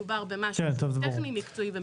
מדובר במשהו שהוא טכני ומקצועי.